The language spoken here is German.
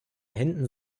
händen